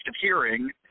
hearing